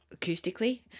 acoustically